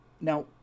now